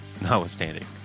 notwithstanding